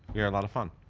you're a lot of fun.